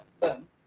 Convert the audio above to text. Boom